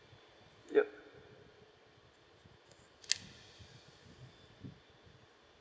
yup